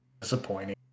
disappointing